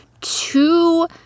two